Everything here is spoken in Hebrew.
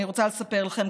אני רוצה לספר לכם,